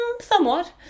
somewhat